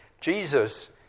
Jesus